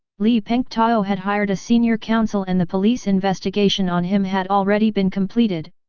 li pengtao had hired a senior counsel and the police investigation on him had already been completed,